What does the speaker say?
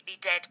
dead